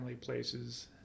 places